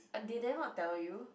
eh did they not tell you